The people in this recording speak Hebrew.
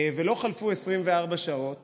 ולא חלפו 24 שעות